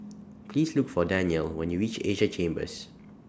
Please Look For Danyel when YOU REACH Asia Chambers